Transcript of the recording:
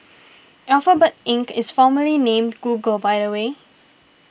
Alphabet Inc is formerly named Google by the way